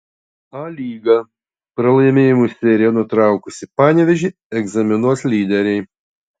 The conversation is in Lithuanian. a lyga pralaimėjimų seriją nutraukusį panevėžį egzaminuos lyderiai